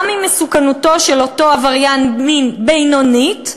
גם אם מסוכנותו של אותו עבריין מין בינונית,